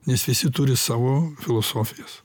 nes visi turi savo filosofijas